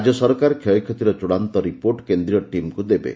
ରାଜ୍ୟ ସରକାର କ୍ଷୟକ୍ଷତିର ଚୂଡ଼ାନ୍ତ ରିପୋର୍ଟ କେନ୍ଦ୍ରୀୟ ଟିମ୍କୁ ଦେବେ